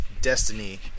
Destiny